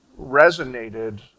resonated